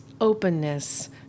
openness